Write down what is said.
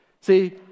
See